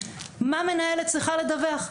מה מנהלת צריכה לדווח,